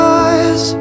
eyes